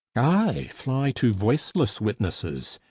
aye, fly to voiceless witnesses!